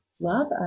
love